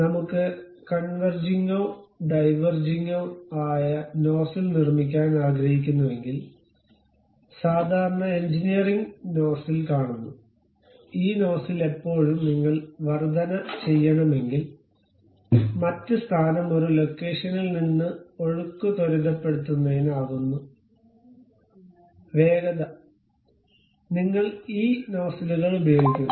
നമ്മുക്ക് കൺവെർജിങ്ങോ ഡൈവെർജിങ്ങോ ആയ നോസിൽ നിർമ്മിക്കാൻ ആഗ്രഹിക്കുന്നുവെങ്കിൽ സാധാരണ എൻജിനീയറിങ് നോസിൽ കാണുന്നു ഈ നോസിൽ എപ്പോഴും നിങ്ങൾ വർധന ചെയ്യണമെങ്കിൽ മറ്റ് സ്ഥാനം ഒരു ലൊക്കേഷനിൽ നിന്ന് ഒഴുക്ക് ത്വരിതപ്പെടുത്തുന്നതിന് ആകുന്നു വേഗത നിങ്ങൾ ഈ നോസിലുകൾ ഉപയോഗിക്കുന്നു